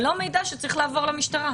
זה לא מידע שצריך לעבור למשטרה.